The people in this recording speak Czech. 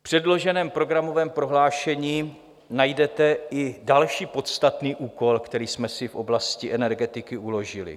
V předloženém programovém prohlášení najdete i další podstatný úkol, který jsme si v oblasti energetiky uložili.